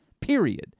Period